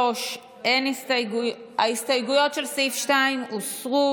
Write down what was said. ההסתייגויות לסעיף 2 הוסרו.